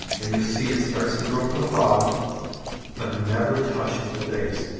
and you'll see it starts to grow from the bottom but never touches the base.